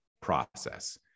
process